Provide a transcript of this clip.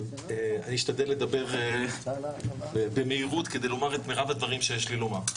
אני אשתדל לדבר במהירות כדי לומר את מירב הדברים שיש לי לומר.